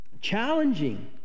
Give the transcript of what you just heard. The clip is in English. challenging